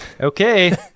Okay